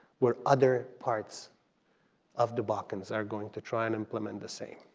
where other parts of the balkans are going to try and implement the same.